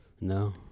No